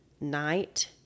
night